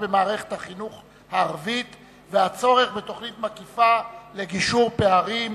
במערכת החינוך הערבית והצורך בתוכנית מקיפה לגישור על הפערים.